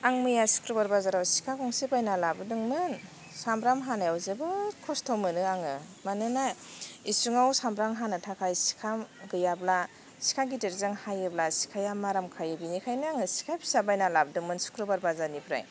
आं मैया सुक्रुबार बाजाराव सिखा गंसे बायना लाबोदोंमोन सामब्राम हानायाव जोबोद खस्थ' मोनो आङो मानोना इसुंआव सामब्राम हानो थाखाय सिखा गैयाब्ला सिखा गिदिरजों हायोब्ला सिखाया माराम खायो बिनिखायनो आङो सिखा फिसा बायना लाबोदोंमोन सुक्रुबार बाजारनिफ्राय